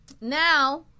Now